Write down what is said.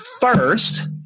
first